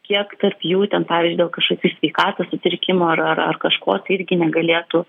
kiek tarp jų ten pavyzdžiui dėl kažkokių sveikatos sutrikimų ar ar ar kažko tai irgi negalėtų